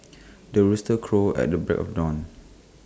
the rooster crows at the break of dawn